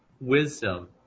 wisdom